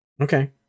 Okay